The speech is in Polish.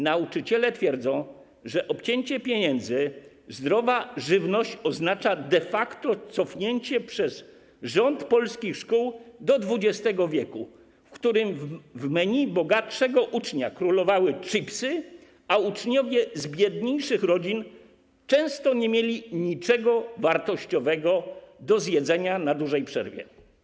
Nauczyciele twierdzą, że obcięcie pieniędzy, jeżeli chodzi o zdrową żywność, oznacza de facto cofnięcie przez rząd polskich szkół do XX w., w którym w menu bogatszego ucznia królowały chipsy, a uczniowie z biedniejszych rodzin często nie mieli niczego wartościowego do zjedzenia na dużej przerwie.